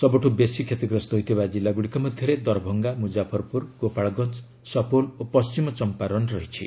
ସବୁଠୁ ବେଶି କ୍ଷତିଗ୍ରସ୍ତ ହୋଇଥିବା ଜିଲ୍ଲାଗୁଡ଼ିକ ମଧ୍ୟରେ ଦରଭଙ୍ଗା ମୁଜାଫର୍ପୁର ଗୋପାଳଗଞ୍ ସପଉଲ୍ ଓ ପଣ୍ଢିମ ଚମ୍ପାରନ ରହିଛି